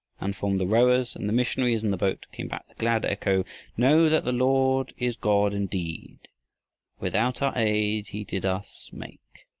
and from the rowers and the missionaries in the boat, came back the glad echo know that the lord is god indeed without our aid he did us make.